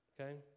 okay